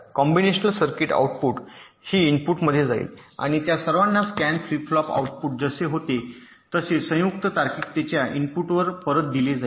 combinational circuit output D इनपुटमध्ये जाईल आणि त्या सर्वांना स्कॅन फ्लिप फ्लॉप आउटपुट जसे होते तसे संयुक्त तार्किकतेच्या इनपुटवर परत जाईल